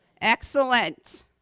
Excellent